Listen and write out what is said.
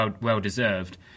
well-deserved